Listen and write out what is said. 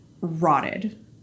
rotted